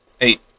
Eight